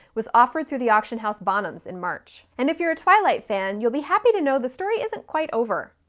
was offered through the auction house bonhams in march. and if you're a twilight fan, you'll be happy to know the story isn't quite over.